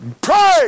Pray